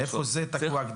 איפה זה תקוע?